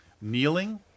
Kneeling